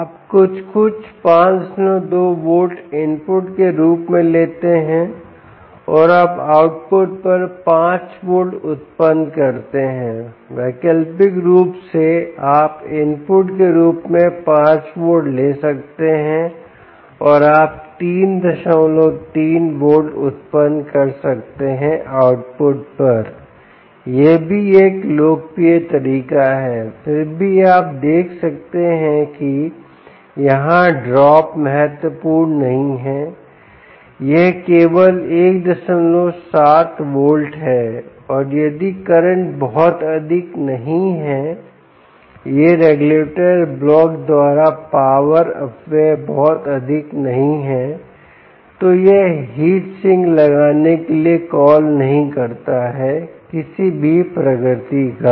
आप कुछ कुछ 52 वोल्ट इनपुट के रूप में लेते हैं और आप आउटपुट पर 5 वोल्ट उत्पन्न करते हैं वैकल्पिक रूप से आप इनपुट के रूप में 5 वोल्ट ले सकते हैं और आप 33 वोल्ट उत्पन्न कर सकते हैंआउटपुट पर यह भी एक लोकप्रिय तरीका है फिर भी आप देख सकते हैं कि यहाँ ड्रॉप महत्वपूर्ण नहीं है यह केवल 17 वोल्ट है और यदि करंट बहुत अधिक नहीं है यह रेगुलेटर ब्लॉक द्वारा पावर अपव्यय बहुत अधिक नहीं है तो यह हीट सिंक लगाने के लिए कॉल नहीं करता है किसी भी प्रकृति का